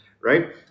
right